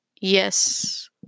Yes